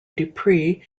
dupree